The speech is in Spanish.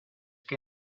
que